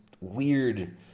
weird